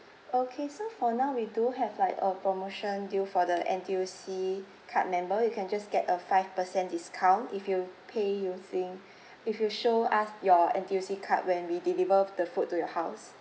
okay so for now we do have like a promotion due for the N_T_U_C card member you can just get a five percent discount if you pay using if you show us your N_T_U_C card when we deliver the food to your house